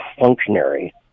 functionary